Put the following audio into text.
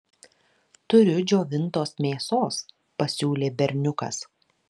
turiu džiovintos mėsos pasiūlė berniukas